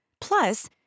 Plus